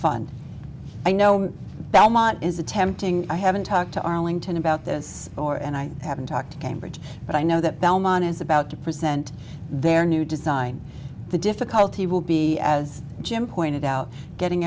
fund i know belmont is attempting i haven't talked to arlington about this or and i haven't talked to cambridge but i know that belmont is about to present their new design the difficulty will be as jim pointed out getting